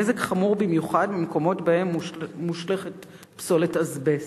הנזק חמור במיוחד במקומות שבהם מושלכת פסולת אזבסט.